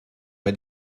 bei